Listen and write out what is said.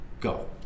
Go